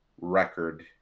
record